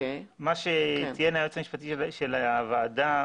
מה שציין היועץ המשפטי של הוועדה,